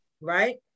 right